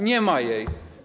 Nie ma jej.